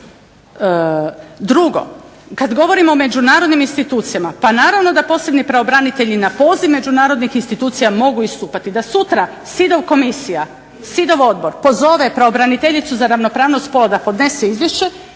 Drugo, kad govorimo o međunarodnim institucijama, pa naravno da posebni pravobranitelji na poziv međunarodnih institucija mogu istupati, da sutra …/Govornica se ne razumije./… komisija, …/Govornica se ne razumije./… odbor pozove pravobraniteljicu za ravnopravnost spolova da podnese izvješće,